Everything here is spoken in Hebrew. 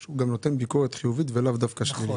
שהוא גם נותן ביקורת חיובית ולאו דווקא שלילית.